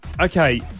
okay